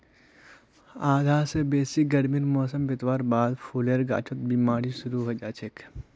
आधा स बेसी गर्मीर मौसम बितवार बादे फूलेर गाछत बिमारी शुरू हैं जाछेक